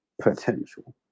potential